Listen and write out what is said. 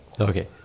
Okay